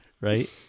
right